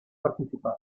participar